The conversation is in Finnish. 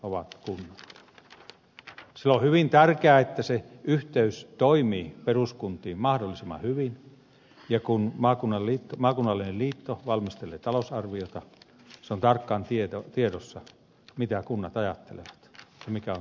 sille on hyvin tärkeää että se yhteys toimii peruskuntiin mahdollisimman hyvin ja kun maakunnallinen liitto valmistelee talousarviota se on tarkkaan tiedossa mitä kunnat ajattelevat ja mikä on tilanne